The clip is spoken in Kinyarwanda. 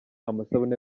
amasabune